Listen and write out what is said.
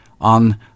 on